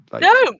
No